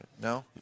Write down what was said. No